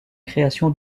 création